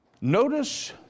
notice